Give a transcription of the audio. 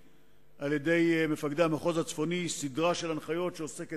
מבחינת סריקות של סיירים,